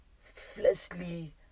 fleshly